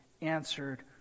answered